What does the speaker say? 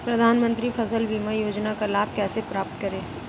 प्रधानमंत्री फसल बीमा योजना का लाभ कैसे प्राप्त करें?